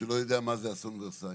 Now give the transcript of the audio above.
שלא יודע מה זה אסון ורסאי,